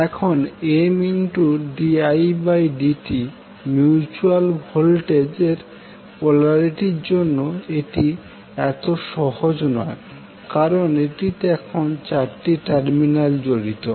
এখন Mdidt mutual ভোল্টেজের পোলিরিটির জন্য এটি এত সহজ নয় কারণ এটিতে এখন চারটি টার্মিনাল জড়িত